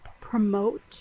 promote